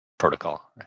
Protocol